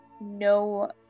no